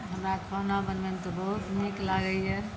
हमरा खाना बनेनाइ तऽ बहुत नीक लागैए